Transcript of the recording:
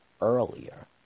earlier